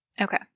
Okay